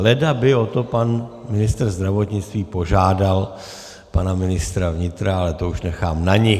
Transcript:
Leda by o to pan ministr zdravotnictví požádal pana ministra vnitra, ale to už nechám na nich.